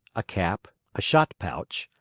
a cap, a shot-pouch,